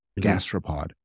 Gastropod